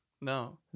No